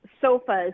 sofas